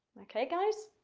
okay, guys?